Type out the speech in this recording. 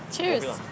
Cheers